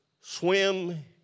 swim